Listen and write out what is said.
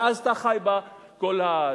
ואז אתה חי בה כל השנים.